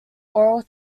oral